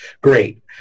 Great